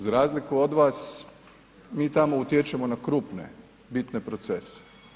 Za razliku od vas mi tamo utječemo na krupne, bitne procese.